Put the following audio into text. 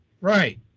Right